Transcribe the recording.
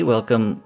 Welcome